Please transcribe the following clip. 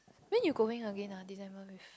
when you going again ah December with